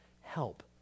help